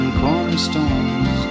cornerstones